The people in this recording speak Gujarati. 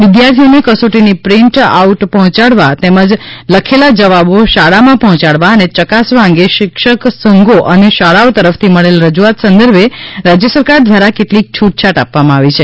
વિદ્યાર્થીઓને કસોટીની પ્રિન્ટ આઉટ પહોંચાડવા તેમજ લખેલા જવાબો શાળામાં પહોંચાડવા અને ચકાસવા અંગે શિક્ષક સંઘો અને શાળાઓ તરફથી મળેલ રજૂઆત સંદર્ભે રાજ્ય સરકાર દ્વારા કેટલીક છૂટછાટ આપવામાં આવી છે